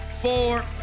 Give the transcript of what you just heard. four